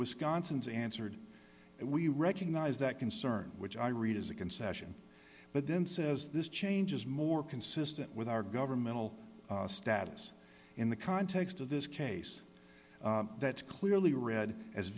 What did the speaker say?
wisconsin's answered it we recognize that concern which i read as a concession but then says this change is more consistent with our governmental status in the context of this case that's clearly read as